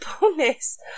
Bonus